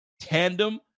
tandem